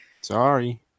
sorry